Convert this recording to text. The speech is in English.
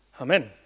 Amen